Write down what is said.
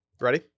ready